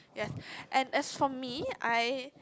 yes and as for me I